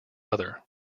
other